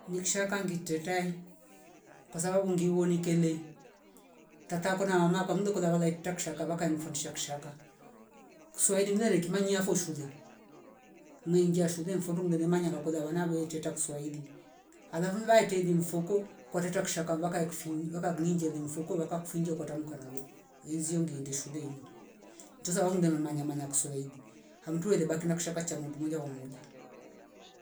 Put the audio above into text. Ni kishka ngitetae kwasababu ngi wonikele tata kona amakwa kwamndu kola walaita kishaka wakanfundisha kishaka. Kiswahi ngeki kimanyiafo shule niingia shule mfundo ngule manya wanaveeteta kiswahili alafu mvai teli mfuko kwateta kishka vake kufinyi wakaglinje li mfuko waka kufindia ukatamka nalo izio nginde shule inwa, mteza hombe manyanya kiswahili hamtwele baki na kishka cha mutu moja kwa moja